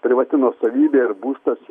privati nuosavybė ir būstas